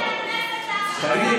תודה.